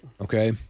Okay